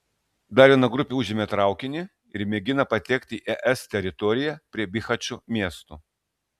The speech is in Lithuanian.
dar viena grupė užėmė traukinį ir mėgina patekti į es teritoriją prie bihačo miesto